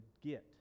get